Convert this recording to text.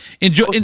Enjoy